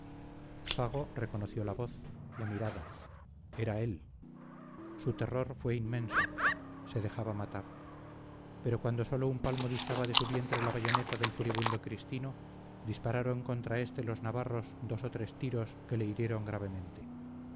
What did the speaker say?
fago reconoció la voz la mirada era él su terror fue inmenso se dejaba matar pero cuando sólo un palmo distaba de su vientre la bayoneta del furibundo cristino dispararon contra éste los navarros dos o tres tiros que le hirieron gravemente